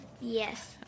Yes